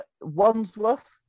Wandsworth